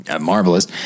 marvelous